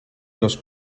los